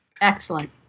Excellent